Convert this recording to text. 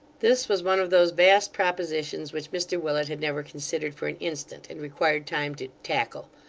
this was one of those vast propositions which mr willet had never considered for an instant, and required time to tackle.